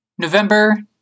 November